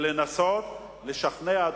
לנסות ולשכנע,